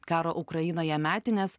karo ukrainoje metinės